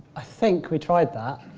i think we tried that.